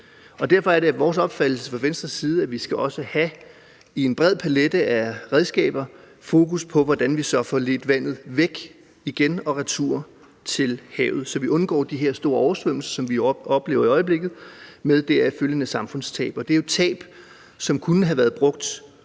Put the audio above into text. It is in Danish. Derfor er det Venstres opfattelse, at vi med en bred palet af redskaber skal have fokus på, hvordan vi så får ledt vandet væk og retur til havet, så vi undgår de her store oversvømmelser, som vi oplever i øjeblikket, og deraf følgende samfundstab, og det er jo tab af midler, som kunne bruges